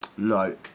No